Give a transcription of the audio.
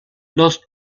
los